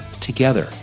Together